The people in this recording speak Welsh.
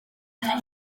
rhew